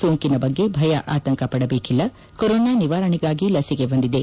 ಸೋಂಕಿನ ಬಗ್ಗೆ ಭಯ ಆತಂಕ ಪಡಬೇಕಿಲ್ಲ ಕೊರೊನಾ ನಿವಾರಣೆಗಾಗಿ ಲಸಿಕೆ ಬಂದಿದೆ